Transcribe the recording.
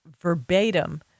verbatim